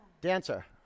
Dancer